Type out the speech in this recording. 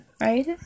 right